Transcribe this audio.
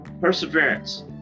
Perseverance